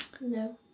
no